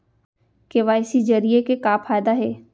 KYC जरिए के का फायदा हे?